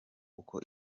uko